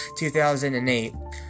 2008